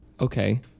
Okay